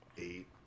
eight